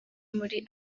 muri